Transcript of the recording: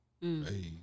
hey